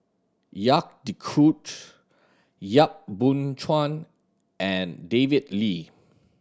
Jacques De Coutre Yap Boon Chuan and David Lee